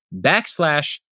backslash